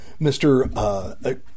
Mr